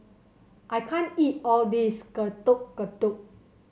I can't eat all of this Getuk Getuk